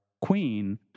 queen